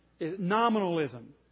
Nominalism